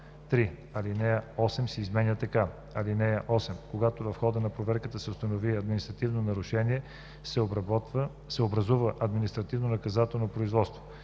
3. Алинея 8 се изменя така: „(8) Когато в хода на проверката се установи административно нарушение, се образува административнонаказателно производство.“